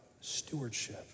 stewardship